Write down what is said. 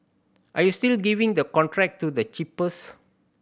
are you still giving the contract to the cheapest